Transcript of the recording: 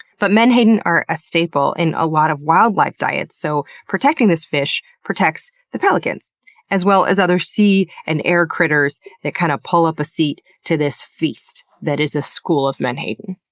but menhaden are a staple in a lot of wildlife diets, so protecting this fish protects the pelicans as well as other sea and air critters that kind of pull up a seat to this feast that is a school of menhaden.